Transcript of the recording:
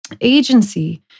agency